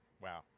Wow